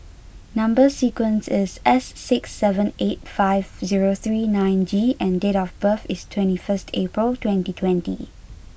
number sequence is S six seven eight five zero three nine G and date of birth is twenty first April twenty twenty